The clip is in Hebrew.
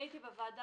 אני הייתי בוועדה.